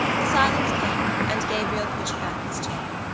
the silence came and gabriel pushed back his chair.